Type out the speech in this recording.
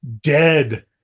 dead